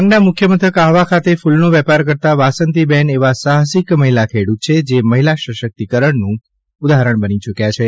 ડાંગના મુખ્ય મથક આહવા ખાતે ફૂલનો વેપાર કરતાં વાંસતીબહેન એવા સાહસિક મહિલા ખેડૂત છે જે મહિલા સશક્તિકરણનું ઉદાહરણ બની ચૂક્યા છે